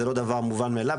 זה לא דבר מובן מאליו.